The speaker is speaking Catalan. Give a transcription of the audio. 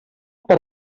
per